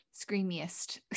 screamiest